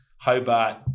Hobart